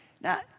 now